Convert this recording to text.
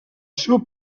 seu